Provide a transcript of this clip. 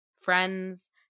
friends